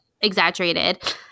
exaggerated